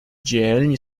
dzielni